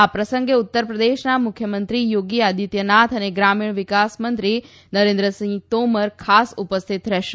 આ પ્રસંગે ઉત્તરપ્રદેશનાં મુખ્યમંત્રી યોગી આદિત્યનાથ અને ગ્રામીણ વિકાસમંત્રી નરેન્દ્રસિંહ તોમર ખાસ ઉપસ્થિત રહેશે